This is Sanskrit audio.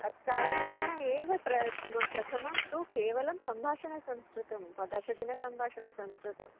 तत्कारणेन एव प्रथमं प्रथमं तु केवलं सम्भाषणसंस्कृतं दशदिनं सम्भाषणसंस्कृतम्